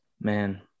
man